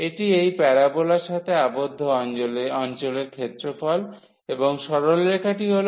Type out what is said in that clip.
এটি এই প্যারোবোলার সাথে আবদ্ধ অঞ্চলের ক্ষেত্রফল এবং সরলরেখাটি হল yx